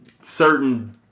certain